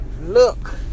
look